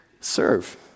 Serve